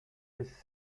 his